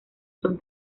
son